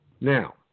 Now